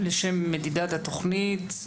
לשם מדידת התוכנית?